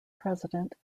president